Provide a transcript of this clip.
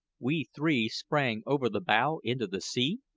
we three sprang over the bow into the sea?